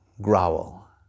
growl